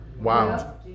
Wow